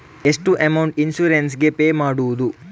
ಎಷ್ಟು amount insurance ಗೇ pay ಮಾಡುವುದು?